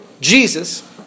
Jesus